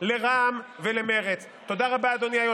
אנחנו לא מפריעים באמצע ההצבעה.